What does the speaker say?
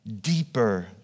deeper